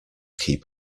keep